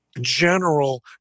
general